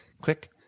click